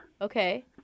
Okay